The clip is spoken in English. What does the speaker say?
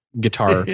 guitar